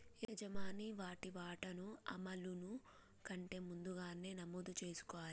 యజమాని వాటి వాటాను అమలును కంటే ముందుగానే నమోదు చేసుకోవాలి